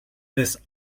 this